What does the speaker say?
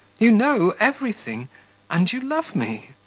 you know everything and you love me.